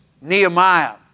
Nehemiah